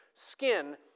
Skin